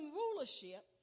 rulership